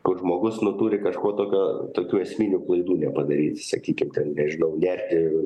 kur žmogus nu turi kažko tokio tokių esminių klaidų nepadaryti sakykim ten nežinau nerti